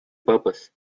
purpose